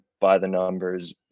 by-the-numbers